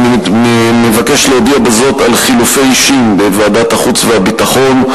אני מבקש להודיע על חילופי אישים בוועדת החוץ והביטחון: